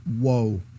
Whoa